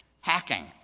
hacking